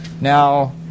Now